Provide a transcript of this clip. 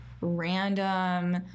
random